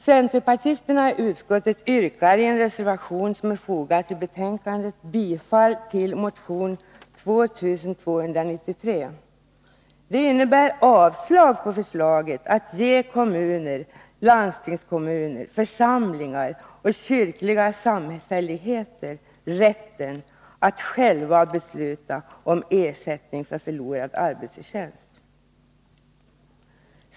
Centerpartisterna i utskottet yrkar i en reservation, som är fogad till betänkandet, bifall till motion 2293, som innebär avslag på förslaget att ge kommuner, landstingskommuner, församlingar och kyrkliga samfälligheter rätten att själva besluta om ersättning för förlorad arbetsförtjänst.